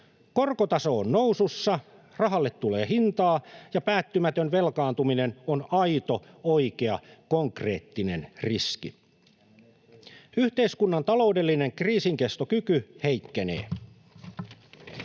Korkotaso on nousussa, rahalle tulee hintaa ja päättymätön velkaantuminen on aito, oikea, konkreettinen riski. Yhteiskunnan taloudellinen kriisinkestokyky heikkenee.